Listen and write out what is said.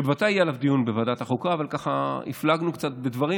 שבוודאי יהיה עליו דיון בוועדת החוקה אבל מכיוון שהפלגנו קצת בדברים,